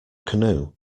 canoe